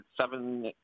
seven